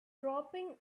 dropping